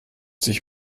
sich